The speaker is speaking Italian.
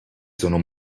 sono